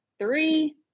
three